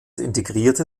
integrierter